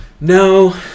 No